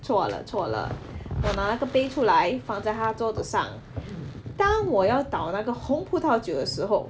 错了错了我拿那个杯出来放在他桌子上当我要倒那个红葡萄酒的时候